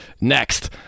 Next